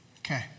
Okay